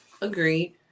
agreed